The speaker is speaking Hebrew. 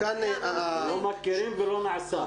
לא מכירים ולא נעשה.